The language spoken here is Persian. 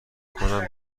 کنم